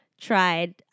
tried